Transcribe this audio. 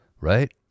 Right